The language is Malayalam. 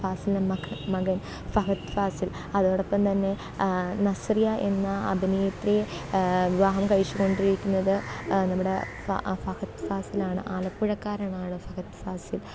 ഫാസിലിൻ്റെ മകൻ മകൻ ഫഹദ് ഫാസിൽ അതോടൊപ്പംതന്നെ നസ്രിയ എന്ന അഭിനേത്രിയെ വിവാഹം കഴിച്ച് കൊണ്ടുവന്നിരിക്കുന്നത് നമ്മുടെ ഫഹദ് ഫാസിലാണ് ആലപ്പുഴക്കാരനാണ് ഫഹദ് ഫാസിൽ